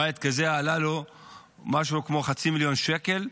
בית כזה עלה לו משהו כמו חצי מיליון שקל.